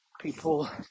people